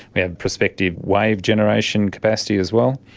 we have prospective wave generation capacity as well,